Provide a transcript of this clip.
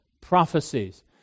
prophecies